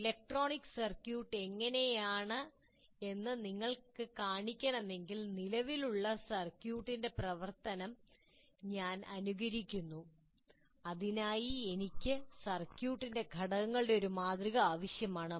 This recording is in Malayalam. ഒരു ഇലക്ട്രോണിക് സർക്യൂട്ട് എങ്ങനെയെന്ന് നിങ്ങൾക്ക് കാണിക്കണമെങ്കിൽ നിലവിലുള്ള ഒരു സർക്യൂട്ടിന്റെ പ്രവർത്തനം ഞാൻ അനുകരിക്കുന്നു അതിനായി എനിക്ക് സർക്യൂട്ടിന്റെ ഘടകങ്ങളുടെ ഒരു മാതൃക ആവശ്യമാണ്